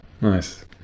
nice